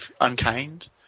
unkind